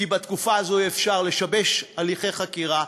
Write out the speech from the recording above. כי בתקופה הזאת אפשר לשבש הליכי חקירה,